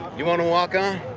you want to walk on,